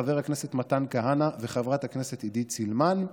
חבר הכנסת מתן כהנא וחברת הכנסת עידית סילמן,